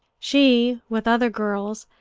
she, with other girls,